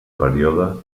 període